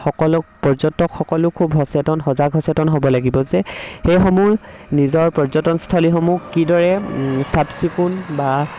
সকলো পৰ্যটক সকলো খুব সচেতন সজাগ সচেতন হ'ব লাগিব যে সেইসমূহ নিজৰ পৰ্যটনস্থলীসমূহ কিদৰে চাফ চিকুণ বা